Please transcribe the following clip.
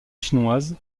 chinoise